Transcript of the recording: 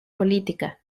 política